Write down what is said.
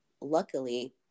luckily